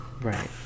Right